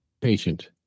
patient